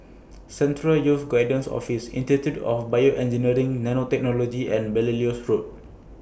Central Youth Guidance Office Institute of Bioengineering Nanotechnology and Belilios Road